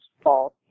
false